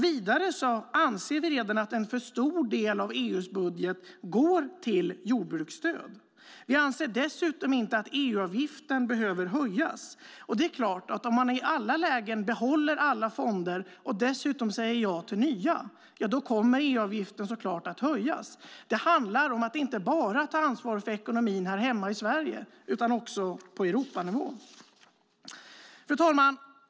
Vidare anser vi att en för stor del av EU:s budget redan går till jordbruksstöd. Vi anser dessutom inte att EU-avgiften behöver höjas. Om man i alla lägen behåller alla fonder och dessutom säger ja till nya kommer EU-avgiften så klart att höjas. Det handlar om att ta ansvar för ekonomin inte bara här hemma i Sverige utan också på Europanivå. Fru talman!